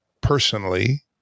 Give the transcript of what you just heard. personally